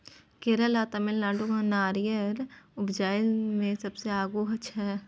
केरल आ तमिलनाडु नारियर उपजाबइ मे सबसे आगू छै